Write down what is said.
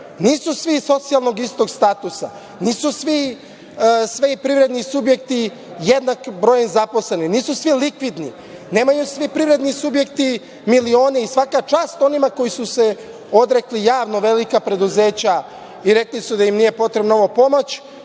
Nisu svi socijalno istog statusa, nisu svi privredni subjekti jednak broj zaposlenih, nisu svi likvidni, nemaju svi privredni subjekti milione. Svaka čast onima koji su se odrekli javno, velika preduzeća, rekli su da im nije potrebna ova pomoć.